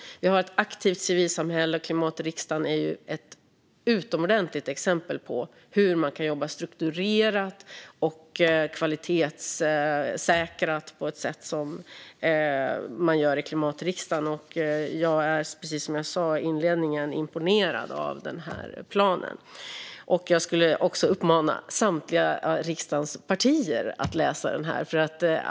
Vi har ett aktivt civilsamhälle, och Klimatriksdagen är ett utomordentligt exempel på hur man kan jobba strukturerat och kvalitetssäkrat. Jag är, precis som jag sa i inledningen, imponerad av den här planen och skulle vilja uppmana samtliga riksdagens partier att läsa den.